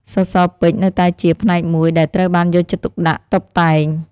សសរពេជ្រនៅតែជាផ្នែកមួយដែលត្រូវបានយកចិត្តទុកដាក់តុបតែង។